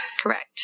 correct